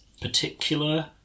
particular